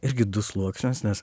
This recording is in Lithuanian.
irgi du sluoksnius nes